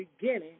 beginning